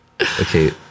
Okay